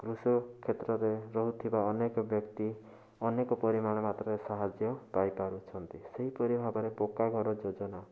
କୃଷକ କ୍ଷେତ୍ରରେ ରହୁଥିବା ଅନେକ ବ୍ୟକ୍ତି ଅନେକ ପରିମାଣ ମାତ୍ରାରେ ସାହାଯ୍ୟ ପାଇପାରୁଛନ୍ତି ସେହିପରି ଭାବରେ ପକ୍କାଘର ଯୋଜନା